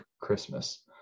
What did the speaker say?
Christmas